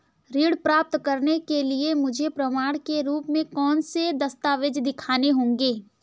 ऋण प्राप्त करने के लिए मुझे प्रमाण के रूप में कौन से दस्तावेज़ दिखाने होंगे?